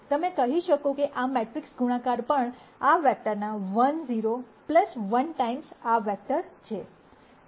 તમે કહી શકો કે આ મેટ્રિક્સ ગુણાકાર પણ આ વેક્ટરના 1 0 1 ટાઈમ્સ આ વેક્ટર છે